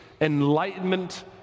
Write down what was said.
enlightenment